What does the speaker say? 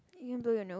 even though your nose